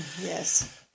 Yes